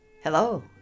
Hello